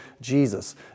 Jesus